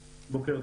הבריאות.